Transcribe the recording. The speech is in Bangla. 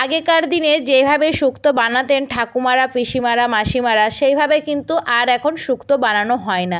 আগেকার দিনে যেভাবে সুক্ত বানাতেন ঠাকুমারা পিসিমারা মাসিমারা সেইভাবে কিন্তু আর এখন সুক্ত বানানো হয় না